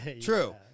True